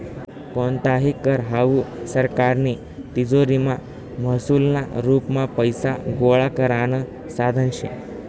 कोणताही कर हावू सरकारनी तिजोरीमा महसूलना रुपमा पैसा गोळा करानं साधन शे